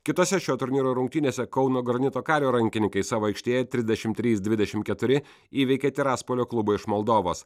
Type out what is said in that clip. kitose šio turnyro rungtynėse kauno granito kario rankininkai savo aikštėje trisdešimt trys dvidešimt keturi įveikė tiraspolio klubą iš moldovos